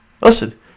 Listen